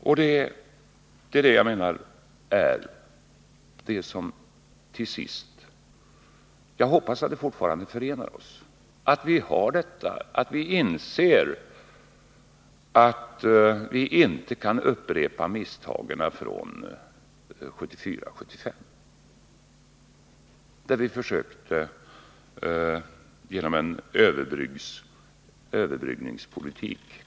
Jag menar att det är det som till sist förenar oss — jag hoppas att det fortfarande gör det — och att vi inser att vi inte kan upprepa misstagen från 1974 och 1975, då vi försökte komma ifrån problemen genom en överbryggningspolitik.